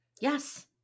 yes